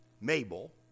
Mabel